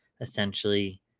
essentially